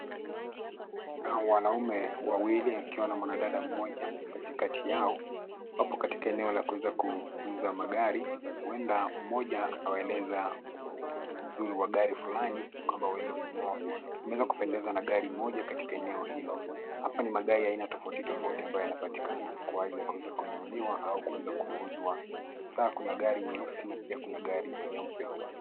Hawa wanaume wawili wakiwa na mwanadada moja katikati yao hapo katika eneo la kuweza kuuza magari huenda moja awaeleza uzuri wa gari fulani ili kwamba waweze kununua. Wameweza kupendezwa na gari moja katika eneo hilo. Hapa ni magari ya aina tofauti tofauti ambayo yanapatikana kwa hali ya kuweza kununuliwa au kuweza kuuzwa, hasa kuna gari nyeusi na pia kuna gari nyeupe.